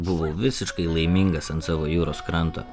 buvau visiškai laimingas ant savo jūros kranto